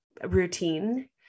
routine